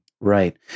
Right